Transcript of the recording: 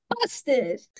busted